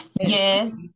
Yes